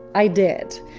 i did.